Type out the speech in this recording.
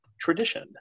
tradition